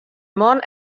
man